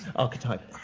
archetype?